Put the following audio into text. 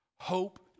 Hope